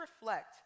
reflect